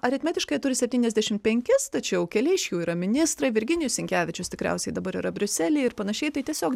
aritmetiškai jie turi septyniasdešim penkis tačiau keli iš jų yra ministrai virginijus sinkevičius tikriausiai dabar yra briuselyje ir panašiai tai tiesiog